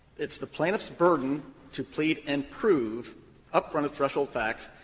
it's the plaintiff's burden to plead and prove upfront threshold facts,